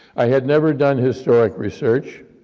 i had never done historic research,